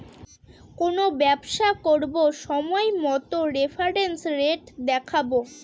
কোনো ব্যবসা করবো সময় মতো রেফারেন্স রেট দেখাবো